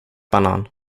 banan